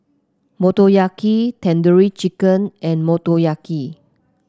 Motoyaki Tandoori Chicken and Motoyaki